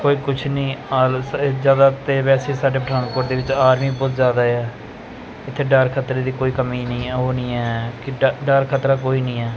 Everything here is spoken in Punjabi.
ਕੋਈ ਕੁਛ ਨਹੀਂ ਆਲ ਜ਼ਿਆਦਾ ਤਾਂ ਵੈਸੇ ਸਾਡੇ ਪਠਾਨਕੋਟ ਦੇ ਵਿੱਚ ਆਰਮੀ ਬਹੁਤ ਜ਼ਿਆਦਾ ਆ ਇੱਥੇ ਡਰ ਖਤਰੇ ਦੀ ਕੋਈ ਕਮੀ ਨਹੀਂ ਹੈ ਉਹ ਨਹੀ ਹੈ ਕਿ ਡਰ ਡਰ ਖਤਰਾ ਕੋਈ ਨਹੀ ਹੈ